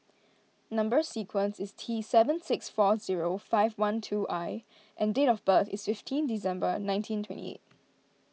Number Sequence is T seven six four zero five one two I and date of birth is fifteen December nineteen twenty eight